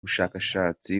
bushakashatsi